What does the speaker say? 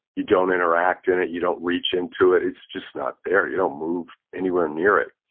you don't interact in it you don't reach into it, it's just not there, you don't move anywhere near it.